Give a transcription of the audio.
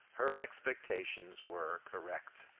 her expectations were correct,